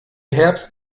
herbst